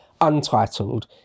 untitled